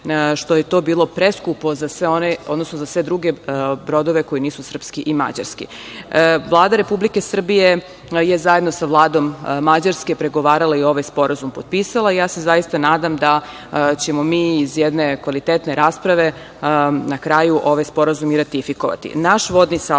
što je to bilo preskupo za sve druge brodove koji nisu srpski i mađarski. Vlada Republike Srbije je zajedno sa Vladom Mađarske pregovarala i ovaj sporazum potpisala. Zaista se nadam da ćemo mi iz jedne kvalitetne rasprave na kraju ovaj sporazum i ratifikovati. Naš